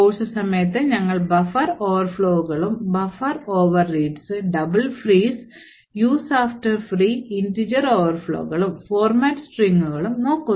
course സമയത്ത് ഞങ്ങൾ buffer ഓവർഫ്ലോകളും buffer over reads double frees use after free integer ഓവർഫ്ലോകളും ഫോർമാറ്റ് സ്ട്രിംഗും നോക്കുന്നു